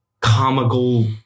comical